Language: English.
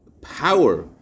power